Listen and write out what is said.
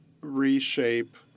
reshape